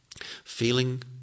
feeling